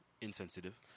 insensitive